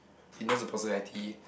in terms of personality